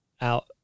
out